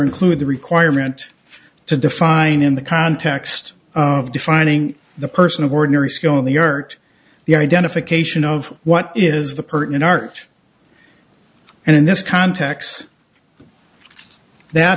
include the requirement to define in the context of defining the person of ordinary skill in the art the identification of what is the person an art and in this context that